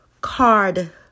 card